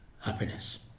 happiness